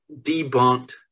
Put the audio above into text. debunked